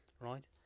right